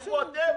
לכו אתם,